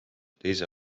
teise